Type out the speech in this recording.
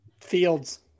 Fields